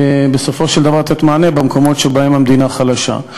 בסופו של דבר, לתת מענה במקומות שבהם המדינה חלשה.